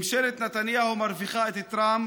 ממשלת נתניהו מרוויחה את טראמפ